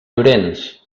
llorenç